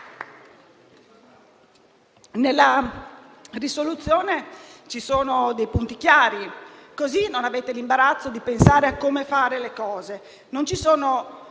noi presentata vi sono dei punti chiari, così non avete l'imbarazzo di pensare a come fare le cose. Non ci sono